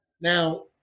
Now